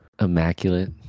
immaculate